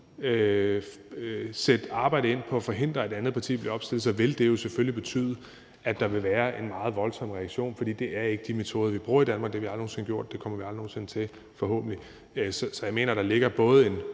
et arbejde ind på at forhindre, at et andet parti bliver opstillet, vil det selvfølgelig betyde, at der kommer en meget voldsom reaktion, for det er ikke de metoder, vi bruger i Danmark. Det har vi aldrig nogen sinde gjort, og det kommer vi forhåbentlig aldrig nogen sinde til. Så der ligger både en